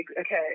okay